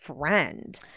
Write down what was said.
friend